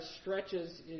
stretches